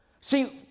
See